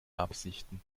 absichten